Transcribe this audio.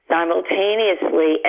simultaneously